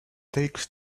takes